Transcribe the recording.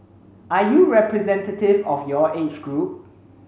are you representative of your age group